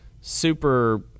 super